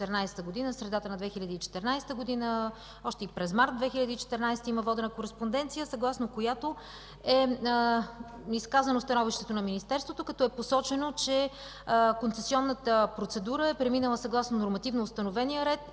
средата на 2014 г., и през март 2014 г. има водена кореспонденция, съгласно която е изказано становището на Министерството, като е посочено, че концесионната процедура е преминала съгласно нормативно установения ред